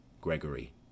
Gregory